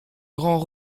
grand